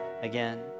again